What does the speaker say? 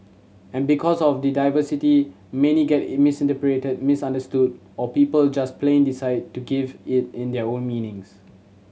and because of the diversity many get in misinterpreted misunderstood or people just plain decide to give it in their own meanings